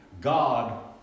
God